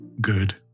good